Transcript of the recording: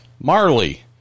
Marley